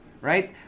right